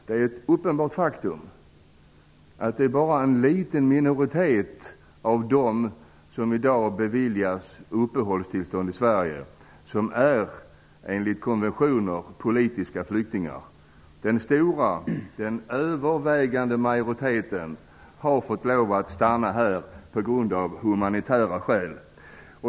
Det är ett uppenbart faktum att det bara är en liten minoritet av dem som i dag beviljas uppehållstillstånd i Sverige som är politiska flyktingar enligt konventionen. Den övervägande majoriteten har fått lov att stanna här av humanitära skäl.